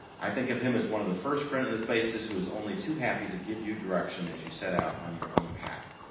i think of him as one of the first friendly faces who is only too happy to give you direction as you set out on your own path.